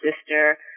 sister